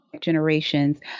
generations